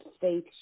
faith